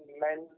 men